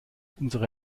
unsere